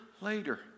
later